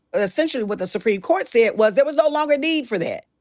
essentially what the supreme court said was there was no longer need for that.